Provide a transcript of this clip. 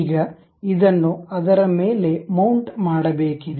ಈಗ ಇದನ್ನು ಅದರ ಮೇಲೆ ಮೌಂಟ್ ಮಾಡಬೇಕಿದೆ